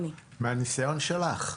מהניסיון שלך,